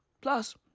plus